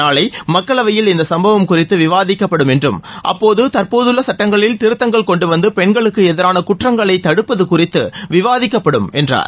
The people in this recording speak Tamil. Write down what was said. நாளை மக்களவையில் இந்த சம்பவம் குறித்து விவாதிக்க்ப்படும் என்றும் அப்போது தற்போதுள்ள சட்டங்களில் திருத்தங்கள் கொண்டு வந்து பெண்களுக்கு எதிரான குற்றங்களை தடுப்பது குறித்து விவாதிக்கப்படும் என்றார்